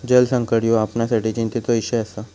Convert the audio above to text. जलसंकट ह्यो आपणासाठी चिंतेचो इषय आसा